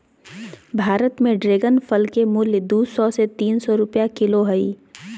भारत में ड्रेगन फल के मूल्य दू सौ से तीन सौ रुपया किलो हइ